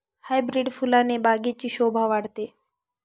hybrid फुलाने बागेची शोभा वाढते